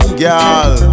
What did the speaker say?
girl